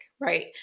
Right